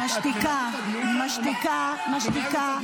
משתיקה, משתיקה, משתיקה.